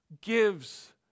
gives